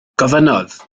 gofynnodd